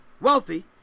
wealthy